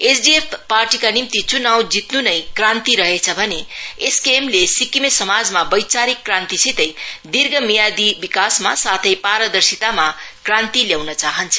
SDF पार्टीका निम्ति चुनाव जित्नु नै क्रान्ति रहेछ भने एसकेएमले सिक्किमे समाजमा वैचारिक क्रान्तिसितै दीर्घ मियादी विकासमा साथै पारदर्शितामा क्रान्ति ल्याउन चाहान्छ